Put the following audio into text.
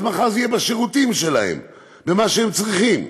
אז מחר זה יהיה בשירותים שלהם ובמה שהם צריכים.